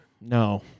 No